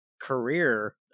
career